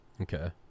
Okay